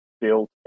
build